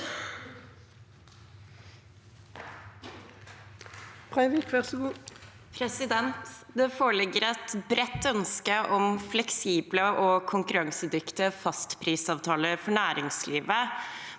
«Det foreligger et bredt ønske om fleksible og konkurransedyktige fastprisavtaler for næringslivet,